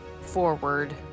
forward